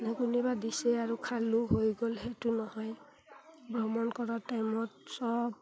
কোনোবাই দিছে আৰু খালোঁ হৈ গ'ল সেইটো নহয় ভ্ৰমণ কৰ টাইমত চব